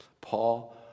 Paul